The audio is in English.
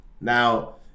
Now